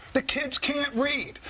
the kids can't read.